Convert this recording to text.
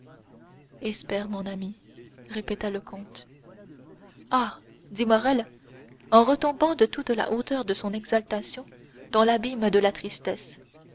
espère mon ami répéta le comte ah dit morrel en retombant de toute la hauteur de son exaltation dans l'abîme de sa tristesse